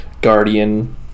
guardian